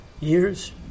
years